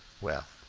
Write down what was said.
well,